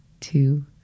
two